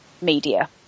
media